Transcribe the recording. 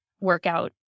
workout